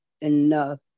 enough